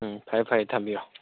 ꯎꯝ ꯐꯔꯦ ꯐꯔꯦ ꯊꯝꯕꯤꯔꯣ